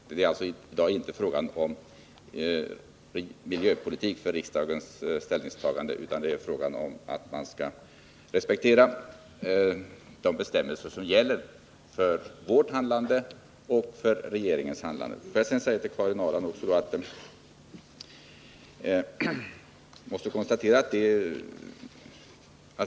Riksdagens ställningstagande gäller nu alltså inte en fråga om miljöpolitik, utan det handlar om att man skall respektera de bestämmelser som gäller för vårt handlande och för regeringens handlande.